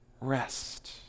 rest